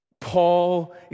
Paul